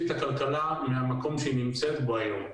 את הכלכלה מהמקום שהיא נמצאת בו היום.